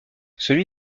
celui